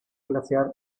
glaciar